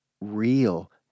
real